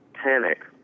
panic